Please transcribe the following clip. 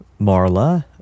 Marla